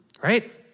right